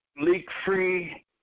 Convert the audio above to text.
leak-free